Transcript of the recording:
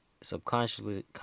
Subconsciously